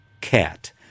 Cat